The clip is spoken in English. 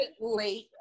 late